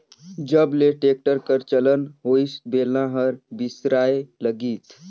जब ले टेक्टर कर चलन होइस बेलना हर बिसराय लगिस